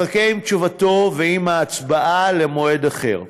אחכה עם תשובתו ועם ההצבעה למועד אחר.